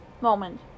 moment